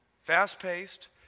fast-paced